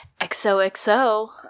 XOXO